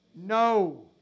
No